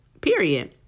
period